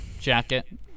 jacket